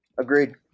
Agreed